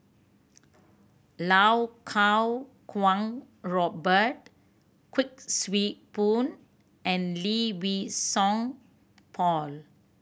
Lau Kuo Kwong Robert Kuik Swee Boon and Lee Wei Song Paul